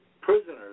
prisoners